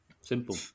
Simple